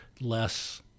less